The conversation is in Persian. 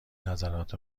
نظرات